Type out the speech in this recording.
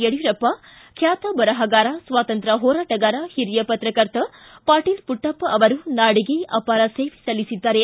ಯಡಿಯೂರಪ್ಪ ಬ್ಚಾತ ಬರಹಗಾರ ಸ್ವಾತಂತ್ರ್ಯ ಹೋರಾಟಗಾರ ಹಿರಿಯ ಪತ್ರಕರ್ತ ಪಾಟೀಲ್ ಪುಟ್ಟಪ್ಪ ಅವರು ನಾಡಿಗೆ ಅಪಾರ ಸೇವೆ ಸಲ್ಲಿಸಿದ್ದಾರೆ